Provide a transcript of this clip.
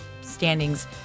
standings